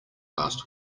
last